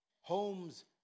Homes